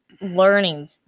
learning